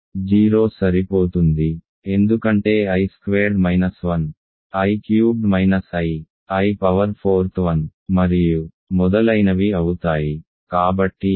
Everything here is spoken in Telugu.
0 సరిపోతుంది ఎందుకంటే i squared minus 1 i cubed minus i i power fourth 1 మరియు మొదలైనవి అవుతాయి